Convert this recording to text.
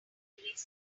degrees